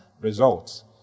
results